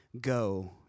Go